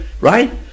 Right